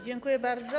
Dziękuję bardzo.